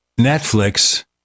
netflix